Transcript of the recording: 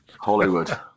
Hollywood